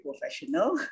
professional